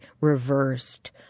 reversed